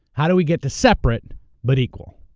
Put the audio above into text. how do we get to separate but equal?